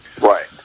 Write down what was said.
Right